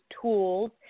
tools